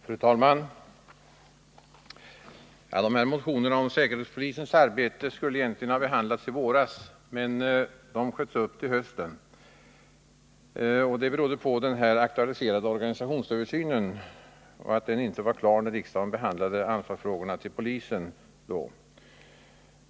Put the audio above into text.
Fru talman! De här motionerna om säkerhetspolisens arbete skulle egentligen ha behandlats i våras, men de sköts upp till hösten. Det berodde på att den aktualiserade organisationsöversynen inte var klar när riksdagen behandlade anslagsfrågorna till polisen.